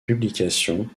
publications